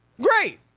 Great